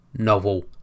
novel